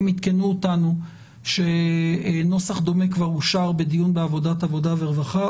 הם עדכנו אותנו שנוסח דומה כבר אושר בדיון בוועדת העבודה והרווחה,